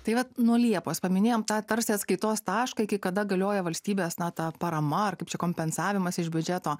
tai vat nuo liepos paminėjom tą tarsi atskaitos tašką iki kada galioja valstybės na ta parama ar kaip čia kompensavimas iš biudžeto